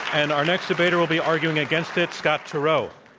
and our next debater will be arguing against it, scott turow.